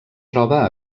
troba